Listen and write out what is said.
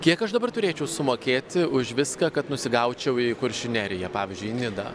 kiek aš dabar turėčiau sumokėti už viską kad nusigaučiau į kuršių neriją pavyzdžiui nidą